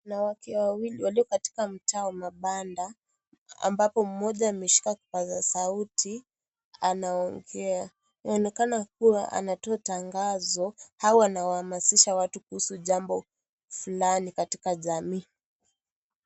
Wanawake wawili walio katika mtaa wa mabanda, ambapo mmoja ameshika kipaza sauti, anaongea. Inaoneka kuwa anatao tangazo, au wanahamasisha watu kuhusu jambo flani katika jamii.